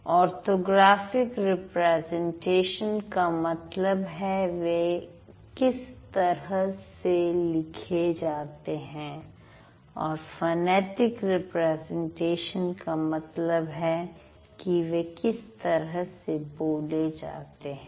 orthographic representation का मतलब है वे किस तरह से लिखे जाते हैं और फनेटिक रिप्रेजेंटेशन का मतलब है कि वे किस तरह से बोले जाते हैं